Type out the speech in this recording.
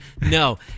No